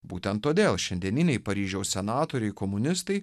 būtent todėl šiandieniniai paryžiaus senatoriai komunistai